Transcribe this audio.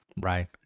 Right